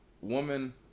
Woman